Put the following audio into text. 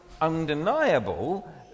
undeniable